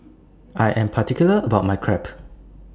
I Am particular about My Crepe